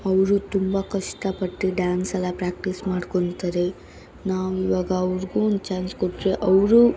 ಅವರು ತುಂಬ ಕಷ್ಟಪಟ್ಟು ಡ್ಯಾನ್ಸ್ ಎಲ್ಲ ಪ್ರ್ಯಾಕ್ಟೀಸ್ ಮಾಡ್ಕೊಳ್ತಾರೆ ನಾವು ಇವಾಗ ಅವ್ರಿಗೂ ಒಂದು ಚಾನ್ಸ್ ಕೊಟ್ರೆ ಅವರು